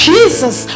Jesus